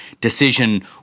decision